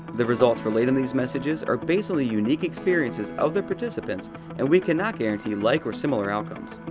the results relayed in these messages are based on the unique experiences of the participants and we cannot guarantee like or similar outcomes.